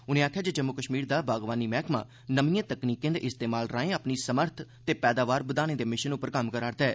उनें आखेआ जे जम्मू कश्मीर दा बागवानी मैह्कमा नमिएं तकनीकें दे इस्तेमाल राएं अपनी समर्थ ते पैदावार बघाने दे मिशन पर कम्म करा'रदा ऐ